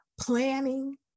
planning